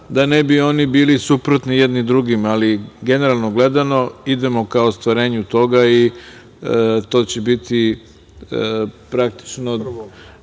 da ne bi oni bili suprotni jedni drugima. Generalno gledano, idemo ka ostvarenju toga i to će biti praktično 1.